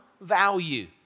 value